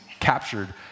captured